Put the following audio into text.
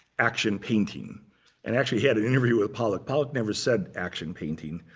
action painting and actually had an interview with pollock. pollock never said action painting.